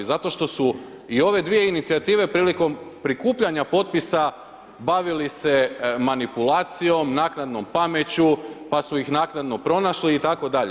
Zato što su i ove dvije inicijative prilikom prikupljanja potpisa, bavili se manipulacijom, naknadnom pameću, pa su ih naknado pronašli itd.